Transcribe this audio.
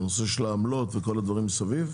לנושא של העמלות וכל הדברים מסביב.